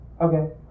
Okay